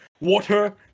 Water